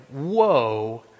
woe